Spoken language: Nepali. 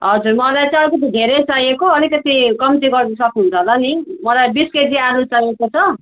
हजुर मलाई त अलिकति धेरै चाहिएको अलिकति कम्ती गरिदिनु सक्नुहुन्छ होला नि मलाई बिस केजी आलु चाहिएको छ